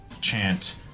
chant